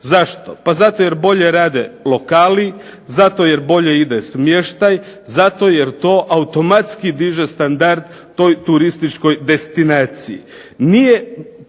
Zašto? Pa zato jer bolje rade lokali, zato jer bolje ide smještaj, zato jer to automatski diže standard toj turističkoj destinaciji. Nije